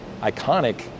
iconic